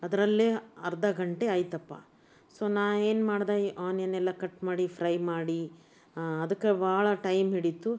ಅದರಲ್ಲೇ ಅರ್ಧ ಘಂಟೆ ಆಯಿತಪ್ಪಾ ಸೊ ನಾನು ಏನ್ಮಾಡ್ದೆ ಈ ಆನಿಯನ್ ಎಲ್ಲ ಕಟ್ ಮಾಡಿ ಫ್ರೈ ಮಾಡಿ ಅದಕ್ಕೆ ಭಾಳ ಟೈಮ್ ಹಿಡೀತು